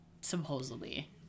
supposedly